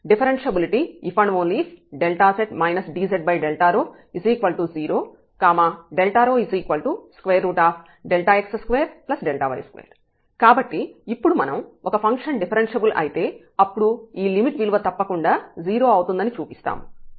differentiability ⟺ z dz 0ρx2y2 కాబట్టి ఇప్పుడు మనం ఒక ఫంక్షన్ డిఫరెన్ష్యబుల్ అయితే అప్పుడు ఈ లిమిట్ విలువ తప్పకుండా 0 అవుతుందని చూపిస్తాము